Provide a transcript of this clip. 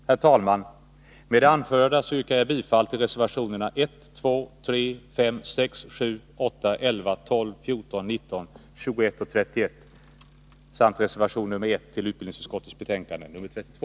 Herr talman! Med det anförda yrkar jag bifall till reservationerna nr 1,2, 3, 5,6, 7,8, 11, 12, 14, 19, 21 och 31 till utbildningsutskottets betänkande nr 31 samt reservation nr 1 till utbildningsutskottets betänkande nr 32.